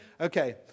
Okay